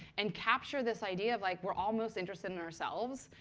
and capture this idea of, like we're all most interested in ourselves,